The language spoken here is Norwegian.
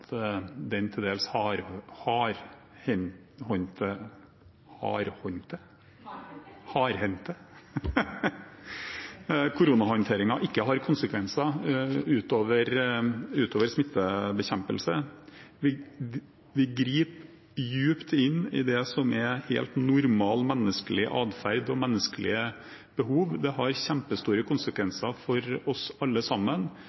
den til dels hardhendte koronahandteringen ikke har konsekvenser utover smittebekjempelse. Vi griper dypt inn i det som er helt normal menneskelig adferd og menneskelige behov. Det har kjempestore konsekvenser for oss alle sammen